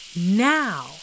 Now